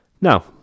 now